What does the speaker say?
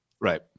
Right